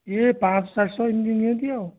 ଇଏ ପାଞ୍ଚଶହ ଚାରିଶହ ଏମିତି ନିଅନ୍ତି ଆଉ